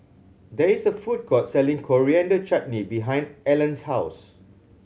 there is a food court selling Coriander Chutney behind Allan's house